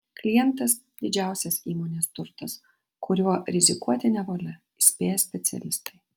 klientas didžiausias įmonės turtas kuriuo rizikuoti nevalia įspėja specialistai